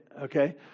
Okay